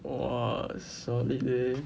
!wah! solid leh